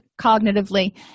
cognitively